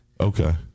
Okay